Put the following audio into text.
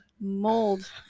Mold